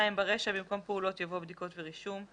ברישה, במקום "פעולות" יבוא "בדיקות ורישום".